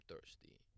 thirsty